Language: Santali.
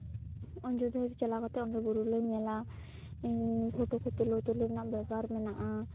ᱚᱡᱳᱫᱽᱫᱷᱟ ᱪᱟᱞᱟᱣ ᱠᱟᱛᱮᱜ ᱚᱸᱰᱮ ᱵᱩᱨᱩ ᱞᱮ ᱧᱮᱞᱟ ᱯᱷᱳᱴᱳ ᱠᱚ ᱛᱩᱞᱟᱹᱣ ᱛᱩᱞᱟᱹᱣ ᱨᱮᱱᱟᱜ ᱵᱮᱯᱟᱨ ᱢᱮᱱᱟᱜᱼᱟ